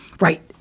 Right